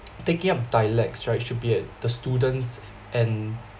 taking up dialects right should be at the students and